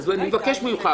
אני מבקש ממך.